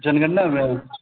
जनगणना मे